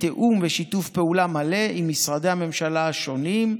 בתיאום ובשיתוף פעולה מלא עם משרדי הממשלה השונים,